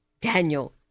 Daniel